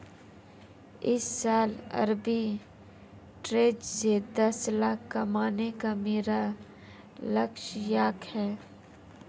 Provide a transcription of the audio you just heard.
इस साल arbitrage से दस लाख कमाने का मेरा लक्ष्यांक है